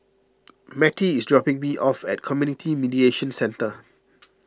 Mattie is dropping me off at Community Mediation Centre